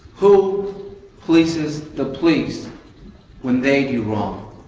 who polices the police when they do wrong?